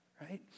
right